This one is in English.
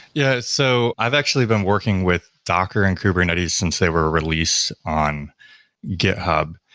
yeah, so i've actually been working with docker and kubernetes since they were release on github.